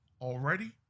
Already